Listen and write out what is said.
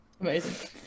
Amazing